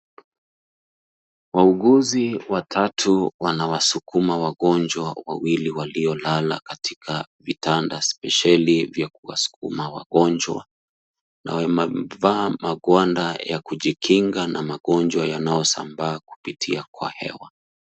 Wauguzi watatu wanawasukuma wagonjwa wawili waliolala katika vitanda spesheli vya kuwasukuma wagonjwa na wamevaa magwanda ya kujikinga na magonjwa yanayosambaa kupitia kwa hewa.